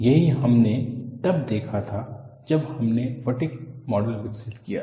यही हमने तब देखा था जब हमने फटिग मॉडल विकसित किया था